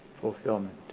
fulfillment